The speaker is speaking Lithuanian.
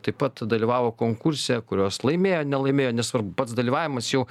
taip pat dalyvavo konkurse kurios laimėjo nelaimėjo nesvarbu pats dalyvavimas jau